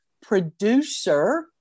producer